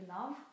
love